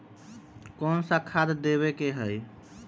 कोन सा खाद देवे के हई?